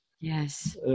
yes